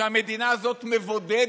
שהמדינה הזאת מבודדת,